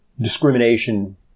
discrimination